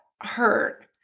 hurt